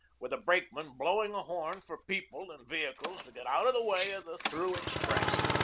with a brakeman blowing a horn for people and vehicles to get out of the way of the through express.